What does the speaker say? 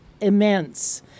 immense